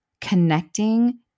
connecting